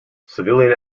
civilian